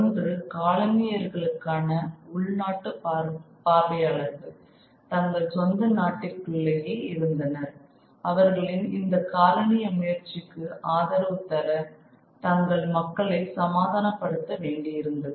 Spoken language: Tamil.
ஒன்று காலனியர் களுக்கான உள்நாட்டு பார்வையாளர்கள் தங்கள் சொந்த நாட்டிற்குள்ளேயே இருந்தனர் அவர்களின் இந்த காலனிய முயற்சிக்கு ஆதரவு தர தங்கள் மக்களை சமாதானபடுத்த வேண்டியிருந்தது